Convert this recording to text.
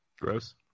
gross